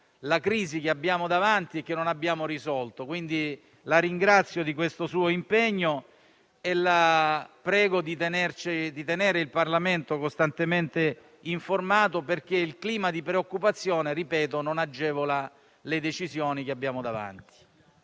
la crisi che abbiamo davanti e che non abbiamo risolto. Quindi la ringrazio, Ministro, di questo suo impegno e la prego di tenere il Parlamento costantemente informato, perché il clima di preoccupazione non agevola le decisioni che abbiamo davanti.